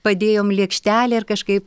padėjom lėkštelę ir kažkaip